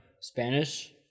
Spanish